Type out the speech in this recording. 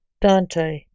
Dante